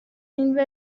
این